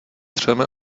třemi